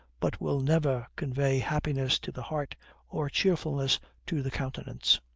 but will never convey happiness to the heart or cheerfulness to the countenance.